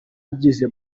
yigize